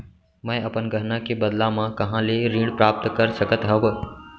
मै अपन गहना के बदला मा कहाँ ले ऋण प्राप्त कर सकत हव?